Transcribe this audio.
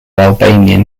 albanian